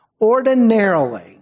Ordinarily